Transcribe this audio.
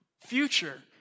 future